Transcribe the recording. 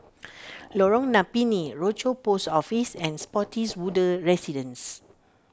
Lorong Napiri Rochor Post Office and Spottiswoode Residences